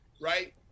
right